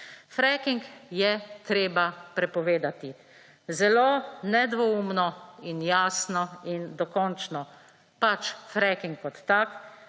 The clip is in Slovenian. Freaking je treba prepovedati. Zelo nedvoumno in jasno in dokončno pač freaking kot tak